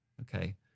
okay